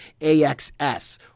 AXS